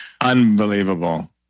Unbelievable